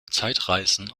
zeitreisen